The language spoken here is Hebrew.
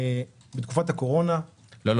בתקופת הקורונה --- לא,